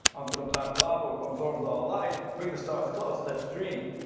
onto the black lava, absorbs all light, bring the stars close, let's dream